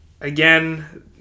again